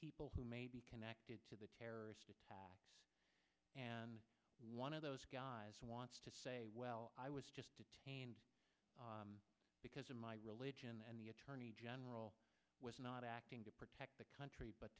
people who may be connected to the terrorists and one of those guys wants to say well i was detained because of my religion and the attorney general was not acting to protect the country but